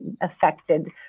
affected